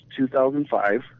2005